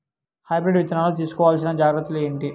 Hybrid విత్తనాలు తీసుకోవాల్సిన జాగ్రత్తలు ఏంటి?